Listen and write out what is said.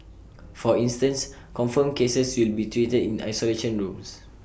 for instance confirmed cases will be treated in isolation rooms